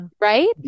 Right